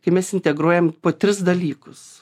kai mes integruojam po tris dalykus